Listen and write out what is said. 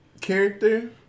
character